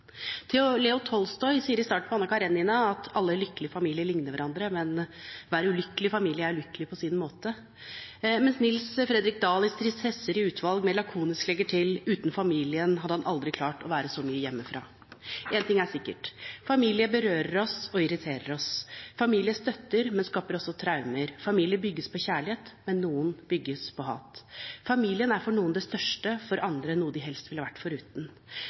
lykka.» Leo Tolstoj sier i starten på Anna Karenina: «Alle lykkelige familier ligner hverandre, hver ulykkelige familie er ulykkelig på sin egen måte.» Nils-Fredrik Nielsen legger i Tristesser i utvalg mer lakonisk til: «Uten familien hadde han aldri klart å være så mye hjemmefra.» En ting er sikkert: Familien berører oss og irriterer oss. Familien støtter, men skaper også traumer. Familier bygges på kjærlighet, men noen bygges på hat. Familien er for noen det største, for andre noe de helst ville vært foruten.